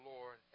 Lord